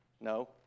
No